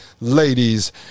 ladies